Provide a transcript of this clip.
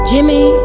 Jimmy